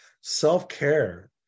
Self-care